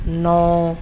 ਨੌਂ